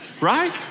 right